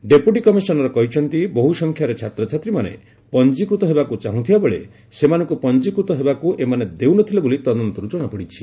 deputy commissioner କହିଛନ୍ତି ବହ୍ର ସଂଖ୍ୟାରେ ଛାତ୍ରଛାତ୍ରୀମାନେ ପଞ୍ଜିକୃତ ହେବାକ୍ ଚାହଁଥିବା ବେଳେ ସେମାନଙ୍କ ପଞ୍ଜିକୃତ ହେବାକ୍ ଏମାନେ ଦେଉନଥିଲେ ବୋଲି ତଦନ୍ତର୍ ଜଣାପଡ଼ିଛି